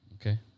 okay